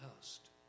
past